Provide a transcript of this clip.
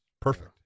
Perfect